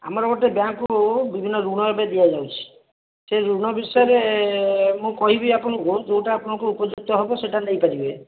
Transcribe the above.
ଆମର ଗୋଟେ ବ୍ୟାଙ୍କକୁ ବିଭିନ୍ନ ଋଣ ଏବେ ଦିଆଯାଉଛି ସେ ଋଣ ବିଷୟରେ ମୁଁ କହିବି ଆପଣଙ୍କୁ ଯେଉଁଟା ଆପଣଙ୍କୁ ଉପଯୁକ୍ତ ହେବ ସେଇଟା ନେଇପାରିବେ